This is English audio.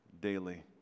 daily